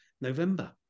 november